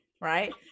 right